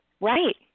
Right